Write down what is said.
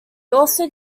also